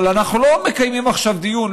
אבל אנחנו לא מקיימים עכשיו דיון,